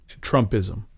Trumpism